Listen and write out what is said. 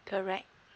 correct